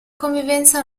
convivenza